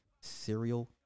serial